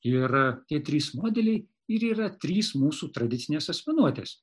ir tie trys modeliai ir yra trys mūsų tradicinės asmenuotes